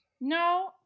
no